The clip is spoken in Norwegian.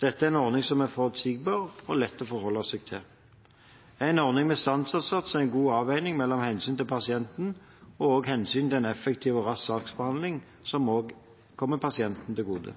Dette er en ordning som er forutsigbar, og lett å forholde seg til. En ordning med standardsats er en god avveining mellom hensynet til pasientene og hensynet til en effektiv og rask saksbehandling, som også kommer pasienten til gode.